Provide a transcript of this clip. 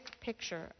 picture